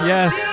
Yes